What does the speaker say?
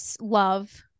love